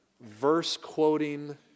verse-quoting